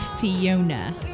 Fiona